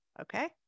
Okay